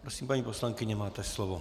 Prosím, paní poslankyně, máte slovo.